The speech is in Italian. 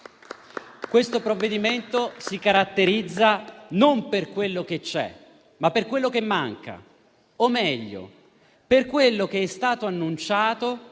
Anzi, esso si caratterizza non per quello che c'è, ma per quello che manca o meglio per quello che è stato annunciato